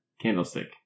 Candlestick